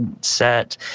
set